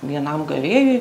vienam gavėjui